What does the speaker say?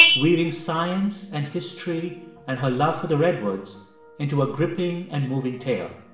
weaving science and history and her love for the redwoods into a gripping and moving tale.